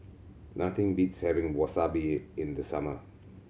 nothing beats having Wasabi in the summer